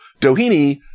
Doheny